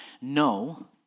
no